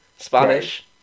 Spanish